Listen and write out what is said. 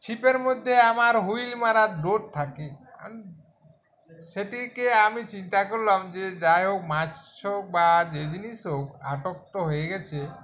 ছিপের মধ্যে আমার হুইল মারার ডোর থাকে আমি সেটিকে আমি চিন্তা করলাম যে যাই হোক মাছ হোক বা যে জিনিস হোক আটক তো হয়ে গিয়েছে